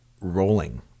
rolling